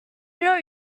know